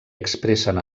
expressen